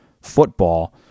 football